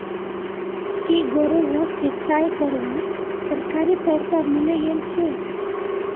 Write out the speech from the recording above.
की गौरवक सिंचाई करवार सरकारी पैसा मिले गेल छेक